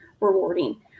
rewarding